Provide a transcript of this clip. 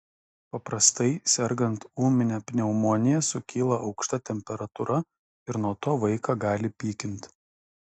paprastai sergant ūmine pneumonija sukyla aukšta temperatūra ir nuo to vaiką gali pykinti